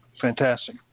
Fantastic